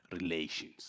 relations